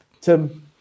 Tim